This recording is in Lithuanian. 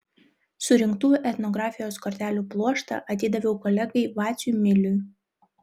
surinktų etnografijos kortelių pluoštą atidaviau kolegai vaciui miliui